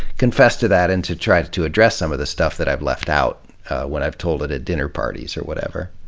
confess to that and to try to to address some of the stuff that i've left out when i've told it at a dinner parties or whatever.